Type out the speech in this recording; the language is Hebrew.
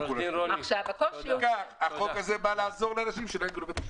רוצים בחוק הזה לעזור לאנשים שלא יצטרכו להגיע לבית משפט.